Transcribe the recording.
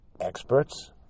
experts